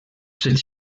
cette